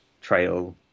trail